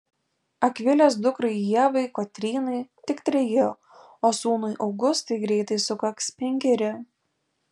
akvilės dukrai ievai kotrynai tik treji o sūnui augustui greitai sukaks penkeri